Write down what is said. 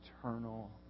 eternal